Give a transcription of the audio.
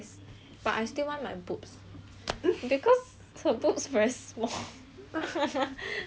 because her boobs very small